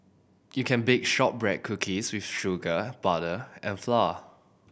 you can bake shortbread cookies with sugar butter and flour